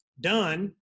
done